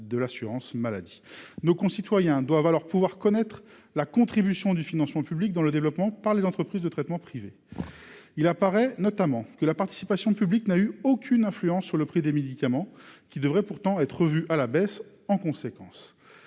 de l'assurance maladie, nos concitoyens doivent alors pouvoir connaître la contribution du financement public dans le développement par les entreprises de traitement privé il apparaît notamment que la participation publique n'a eu aucune influence sur le prix des médicaments qui devrait pourtant être revu à la baisse, en conséquence,